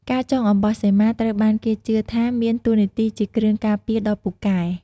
ការចងអំបោះសីមាត្រូវបានគេជឿថាមានតួនាទីជាគ្រឿងការពារដ៏ពូកែ។